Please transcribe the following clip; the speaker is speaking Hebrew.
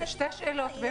מה